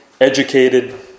educated